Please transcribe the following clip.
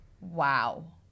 Wow